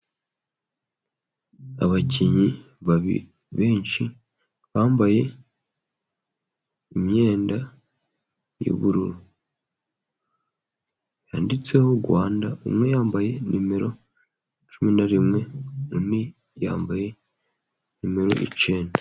Abakinnyi benshi bambaye imyenda y'ubururu yanditseho Rwanda, umwe yambaye nimero cumi na rimwe undi yambaye nimero icyenda.